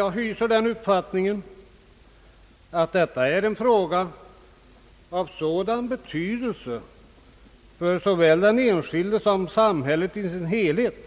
Jag hyser den uppfattningen att detta är en fråga av sådan betydelse för såväl den enskilde som för samhället i dess helhet,